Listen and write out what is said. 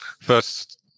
first